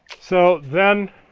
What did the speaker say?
so then,